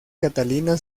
catalina